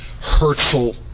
hurtful